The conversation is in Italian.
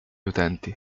utenti